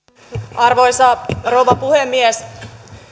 arvoisa rouva puhemies